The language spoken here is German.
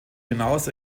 hinaus